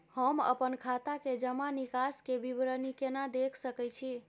हम अपन खाता के जमा निकास के विवरणी केना देख सकै छी?